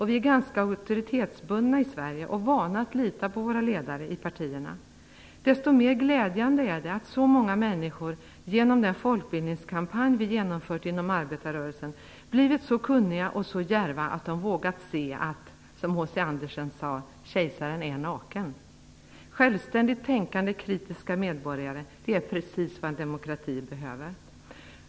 Vi är ganska auktoritetsbundna i Sverige och vana att lita på våra ledare i partierna. Desto mer glädjande är det att så många människor, genom den folkbildningskampanj vi genomfört inom arbetarrörelsen, blivit så kunniga och så djärva att de vågat se att, som H.C. Andersen sade, kejsaren är naken! Självständigt tänkande och kritiska medborgare är precis vad en demokrati behöver.